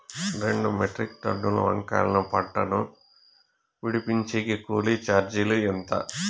రెండు మెట్రిక్ టన్నుల వంకాయల పంట ను విడిపించేకి కూలీ చార్జీలు ఎంత?